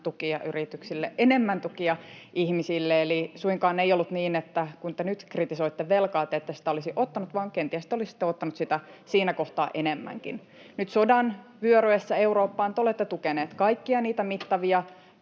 tukia yrityksille, enemmän tukia ihmisille, eli suinkaan ei ollut niin, että kun te nyt kritisoitte velkaa, te ette sitä olisi ottaneet, vaan kenties te olisitte ottaneet sitä siinä kohtaa enemmänkin. Nyt sodan vyöryessä Eurooppaan te olette tukeneet kaikkia niitä mittavia